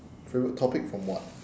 favourite topic from what